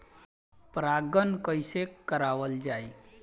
परागण कइसे करावल जाई?